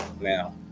now